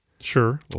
Sure